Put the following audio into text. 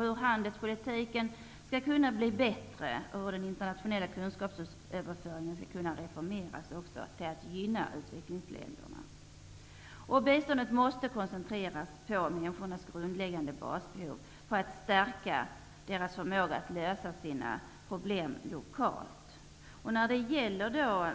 Vår handelspolitik måste förbättras och den internationella kunskapsöverföringen reformeras för att bättre gynna u-ländernas utveckling. Biståndet måste koncentreras på människors grundläggande basbehov och på att stärka deras förmåga att lokalt lösa sina problem. Beträffande